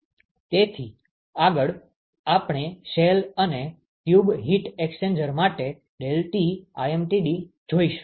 તેથી આગળ આપણે શેલ અને ટ્યુબ હીટ એક્સ્ચેન્જર માટે ∆Tlmtd જોઈશું